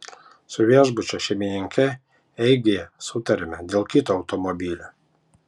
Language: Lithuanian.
su viešbučio šeimininke eigyje sutarėme dėl kito automobilio